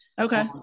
Okay